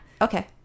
Okay